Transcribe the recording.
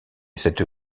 cette